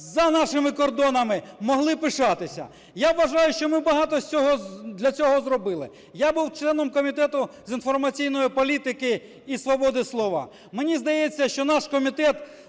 за нашими кордонами, могли пишатися. Я вважаю, що ми багато для цього зробили. Я був членом Комітету з інформаційної політики і свободи слова. Мені здається, що наш комітет